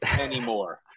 anymore